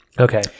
Okay